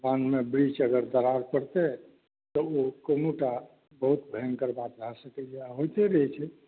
बाँधमे बीचमे अगर दरार पड़तै तऽ कोनोटा बहुत भयङ्कर बात भै सकैया आ होइते रहैत छै